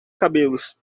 cabelos